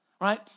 right